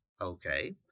Okay